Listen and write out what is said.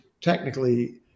technically